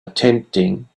attempting